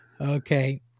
Okay